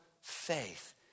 faith